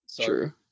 True